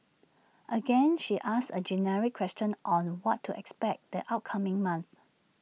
again she asks A generic question on what to expect the upcoming month